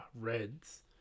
reds